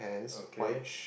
okay